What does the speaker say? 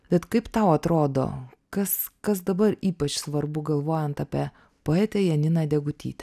bet kaip tau atrodo kas kas dabar ypač svarbu galvojant apie poetę janiną degutytę